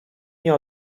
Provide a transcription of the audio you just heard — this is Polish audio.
nie